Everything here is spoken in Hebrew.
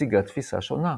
מציגה תפיסה שונה.